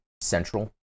Central